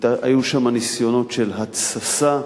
היו שם ניסיונות של התססה.